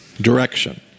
direction